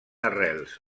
arrels